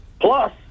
Plus